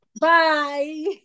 bye